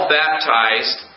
baptized